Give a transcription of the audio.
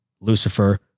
Lucifer